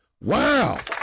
Wow